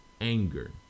anger